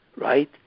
Right